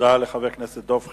תודה לחבר הכנסת דב חנין.